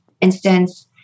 instance